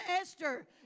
Esther